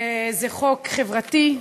זה חוק חברתי,